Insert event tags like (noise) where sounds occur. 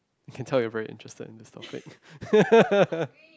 I can tell you're very interested in this topic (laughs)